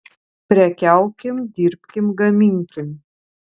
prekiaukim dirbkim gaminkim